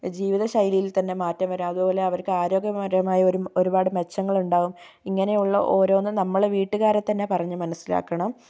ജീവിത ശൈലിയിൽ തന്നെ മാറ്റം വരാം അതുപോലെ അവർക്ക് ആരോഗ്യപരമായി ഒര് ഒരുപാട് മെച്ചങ്ങൾ ഉണ്ടാവും ഇങ്ങനെയുള്ള ഓരോന്നും നമ്മള് വീട്ടുകാരെ തന്നെ പറഞ്ഞ് മനസ്സിലാക്കണം